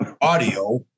audio